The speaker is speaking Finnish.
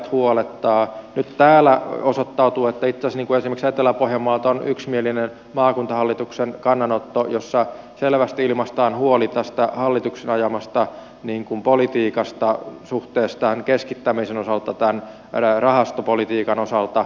nyt täällä osoittautui että itse asiassa esimerkiksi etelä pohjanmaalta on yksimielinen maakuntahallituksen kannanotto jossa selvästi ilmaistaan huoli tästä hallituksen ajamasta politiikasta suhteessa keskittämiseen rahastopolitiikan osalta